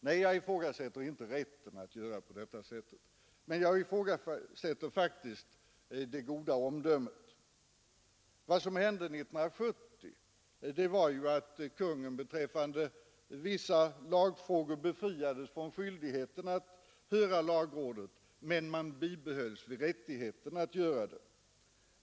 Nej, jag ifrågasätter inte rätten att göra på detta vis, men jag ifrågasätter faktiskt det goda omdömet. Vad som hände 1970 var att Kungl. Maj:t beträffande vissa lagfrågor befriades från skyldigheten att höra lagrådet, men man bibehölls vid rättigheten att göra det.